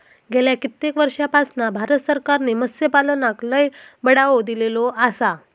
गेल्या कित्येक वर्षापासना भारत सरकारने मत्स्यपालनाक लय बढावो दिलेलो आसा